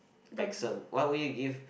accent why would you give